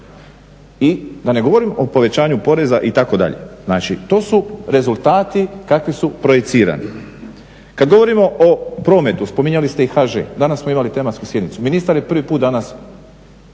I da ne govorim o povećanju i poreza, itd. Znači, to su rezultati kakvi su projicirani. Kad govorimo o prometu, spominjali ste i HŽ, danas smo imali tematsku sjednicu. Ministar je prvi put danas